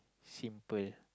simple